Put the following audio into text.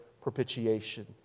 propitiation